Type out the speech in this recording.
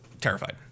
Terrified